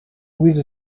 with